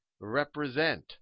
represent